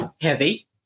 heavy